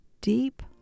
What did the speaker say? deep